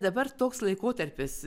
dabar toks laikotarpis